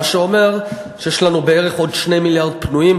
מה שאומר שיש לנו בערך עוד 2 מיליארד פנויים,